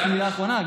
רק מילה אחרונה.